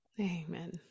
Amen